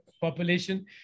population